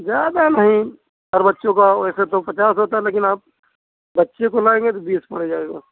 ज़्यादा नहीं पर बच्चों क वैसे तो पचास होता है लेकिन आप बच्च को लाएंगे तो बीस पड़ जाएगा